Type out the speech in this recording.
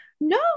No